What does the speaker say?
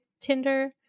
Tinder